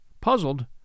Puzzled